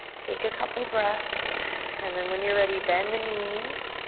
take a couple breaths and then when you're ready, bend the knees.